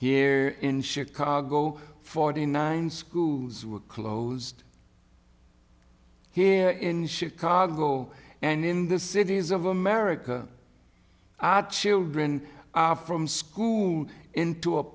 here in chicago forty nine schools were closed here in chicago and in the cities of america children from school into a